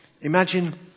imagine